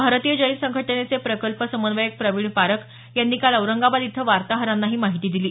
भारतीय जैन संघटनेचे प्रकल्प समन्वयक प्रवीण पारख यांनी काल औरंगाबाद इथं वार्ताहरांना ही माहिती दिली